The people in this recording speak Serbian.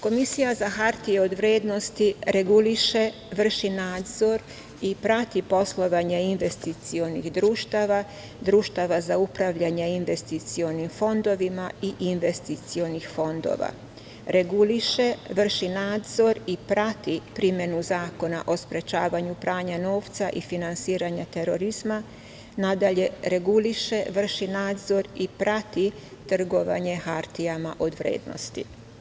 Komisija za hartije od vrednosti reguliše, vrši nadzor i prati poslovanje investicionih društava, društava za upravljanje investicionim fondovima i investicionih fondova; reguliše, vrši nadzor i prati primenu Zakona o sprečavanju pranja novca i finansiranja terorizma; nadalje, reguliše, vrši nadzor i prati trgovanje hartijama od vrednosti.